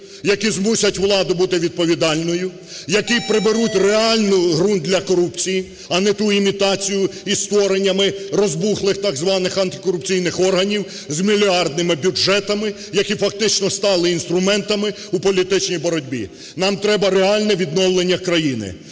які змусять владу бути відповідальною. Які приберуть реальний ґрунт для корупції, а не ту імітацію із створеннями розбухлих так званих антикорупційних органів з мільярдними бюджетами, які фактично стали інструментами у політичній боротьбі. Нам треба реальне відновлення країни,